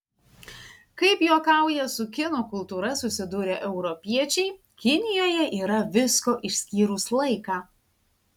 kaip juokauja su kinų kultūra susidūrę europiečiai kinijoje yra visko išskyrus laiką